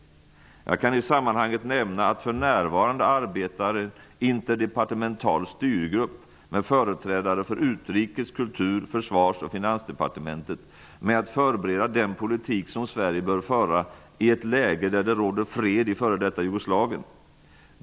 Jag kan i sammanhanget nämna att en interdepartemental styrgrupp med företrädare för utrikes-, kultur-, försvars och finansdepartementet för närvarande arbetar med att förbereda den politik som Sverige bör föra i ett läge där det råder fred i f.d. Jugoslavien.